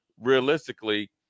realistically